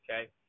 okay